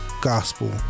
gospel